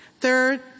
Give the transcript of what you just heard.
Third